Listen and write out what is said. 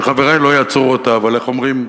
שחברי לא יצרו אותה, אבל איך אומרים,